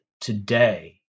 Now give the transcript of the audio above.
today